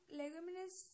leguminous